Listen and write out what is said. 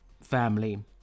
family